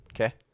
Okay